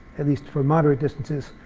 at least for moderate distances,